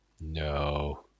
No